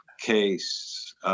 case